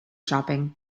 shopping